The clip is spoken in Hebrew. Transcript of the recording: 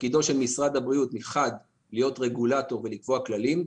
תפקידו של משרד הבריאות מחד להיות רגולטור ולקבוע כללים,